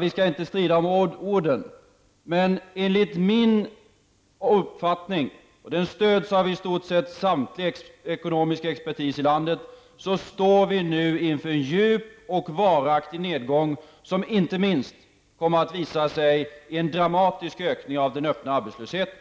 Vi skall inte strida om orden, men enligt min uppfattning, och den stöds av i stort sett all ekonomisk expertis i landet, står vi nu inför en djup och varaktig nedgång som inte minst kommer att visa sig i en dramatisk ökning av den öppna arbetslösheten.